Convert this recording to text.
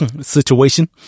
situation